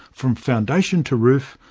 from foundation to roof,